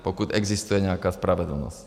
Pokud existuje nějaká spravedlnost.